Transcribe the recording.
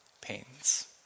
pains